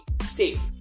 safe